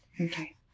okay